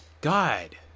god